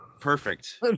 Perfect